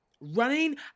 Running